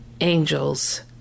angels